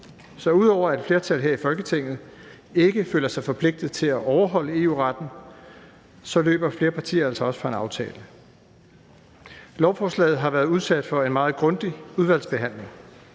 Så ud over at et flertal her i Folketinget ikke føler sig forpligtet til at overholde EU-retten, løber flere partier altså også fra en aftale. Lovforslaget har været udsat for en meget grundig udvalgsbehandling,